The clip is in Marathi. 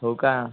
हो का